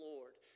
Lord